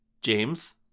James